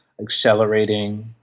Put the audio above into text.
accelerating